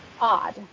odd